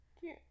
Cute